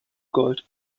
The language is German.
gold